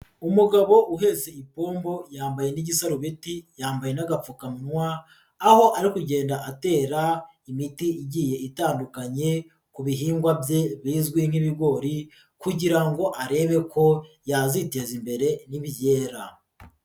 Umugabo uhetse ipombo yambaye n'igisarubeti, yambaye n'agapfukamunwa, aho ari kugenda atera imiti igiye itandukanye ku bihingwa bye bizwi nk'ibigori kugira ngo arebe ko yaziteza imbere nibyera.